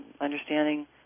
understanding